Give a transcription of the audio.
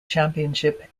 championship